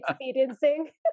experiencing